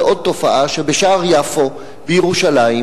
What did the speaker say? ראיתם אדם שמוכן לקבל לידיו עסק רווחי בתמורה מינימלית?